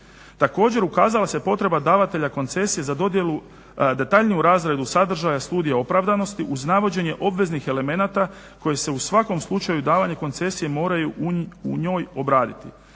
Također, ukazala se potreba davatelja koncesije za detaljniju razradu sadržaja studije opravdanosti uz navođenje obveznih elemenata koji se u svakom slučaju davanje koncesije moraju u njoj obraditi.